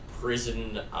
prison